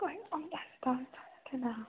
ꯇꯥꯔꯦ ꯇꯥꯔꯦ ꯀꯅꯥ